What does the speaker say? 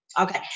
Okay